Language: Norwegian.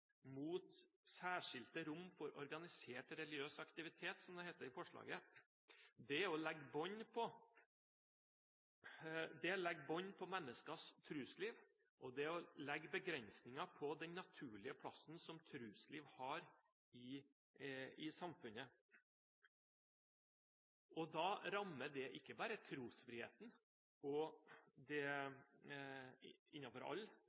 mot «særskilte rom for organisert religiøs aktivitet», som det heter i forslaget, å legge bånd på menneskers trosliv, og det er å legge begrensninger på den naturlige plassen som trosliv har i samfunnet. Det rammer ikke bare trosfriheten og alle mulige trosretningers muligheter til å uttrykke seg, men det